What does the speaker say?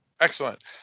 Excellent